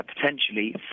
potentially